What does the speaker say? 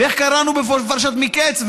ואיך קראנו בפרשת מקץ?